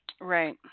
Right